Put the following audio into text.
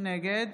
נגד